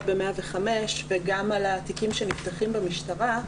ב-105 וגם על התיקים שנפתחים במשטרה.